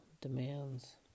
demands